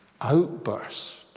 outburst